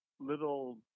little